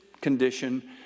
condition